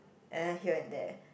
and then here and there